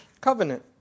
covenant